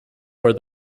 where